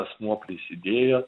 asmuo prisidėjo